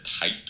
type